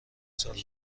سال